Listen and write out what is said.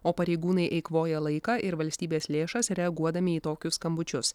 o pareigūnai eikvoja laiką ir valstybės lėšas reaguodami į tokius skambučius